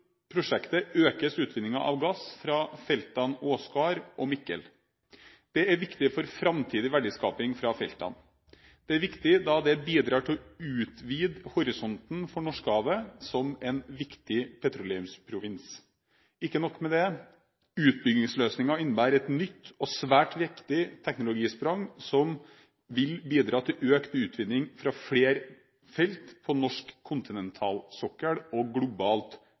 prosjektet økes utvinningen av gass fra feltene Åsgard og Mikkel. Det er viktig for framtidig verdiskaping fra feltene. Det er viktig da det bidrar til å utvide horisonten for Norskehavet som en viktig petroleumsprovins. Ikke nok med det: Utbyggingsløsningen innebærer et nytt og svært viktig teknologisprang som vil bidra til økt utvinning fra flere felt på norsk kontinentalsokkel og globalt